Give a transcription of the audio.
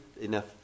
enough